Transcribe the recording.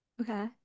Okay